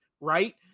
right